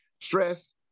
stress